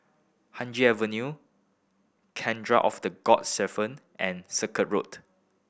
Haig Avenue Cathedral of the Good Shepherd and Circuit Road